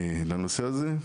לנושא הזה.